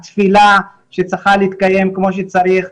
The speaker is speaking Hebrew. התפילה שצריכה להתקיים כמו שצריך,